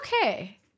okay